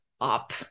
up